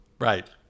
right